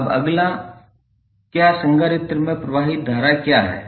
अब अगला क्या संधारित्र में प्रवाहित धारा क्या है